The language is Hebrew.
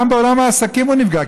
גם בעולם העסקים הוא נפגע,